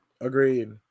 Agreed